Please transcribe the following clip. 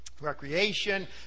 Recreation